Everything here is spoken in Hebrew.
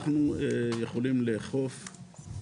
אנחנו יכולים לאכוף,